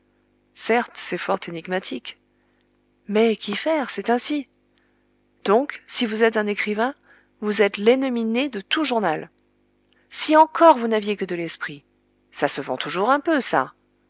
certes c'est fort énigmatique mais qu'y faire c'est ainsi donc si vous êtes un écrivain vous êtes lennemi né de tout journal si encore vous n'aviez que de l'esprit ça se vend toujours un peu ça